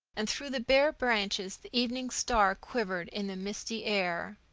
and through the bare branches the evening star quivered in the misty air.